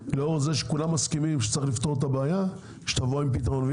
לאור זה שכולם מסכימים שצריך לפתור את הבעיה שתבואו עם פתרון.